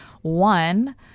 one